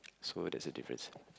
so that's the difference